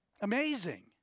Amazing